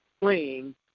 playing